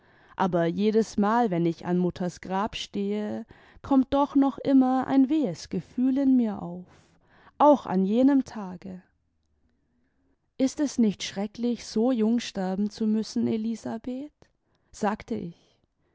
aber jedesmal wenn ich an mutters grab stehe kommt doch noch immer ein wehes gefühl in mir auf auch an jenem tage ist es nicht schrecklich so jung sterben zu müssen elisabeth sagte ich